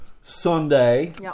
Sunday